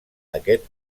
aquest